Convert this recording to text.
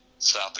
south